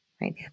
right